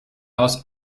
aus